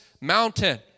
mountain